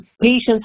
patients